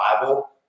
Bible